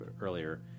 earlier